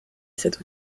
cette